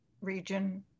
region